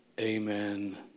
Amen